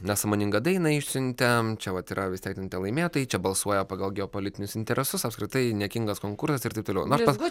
nesąmoningą dainą išsiuntėm čia vat yra vis tiek ten tie laimėtojai čia balsuoja pagal geopolitinius interesus apskritai niekingas konkursas ir taip toliau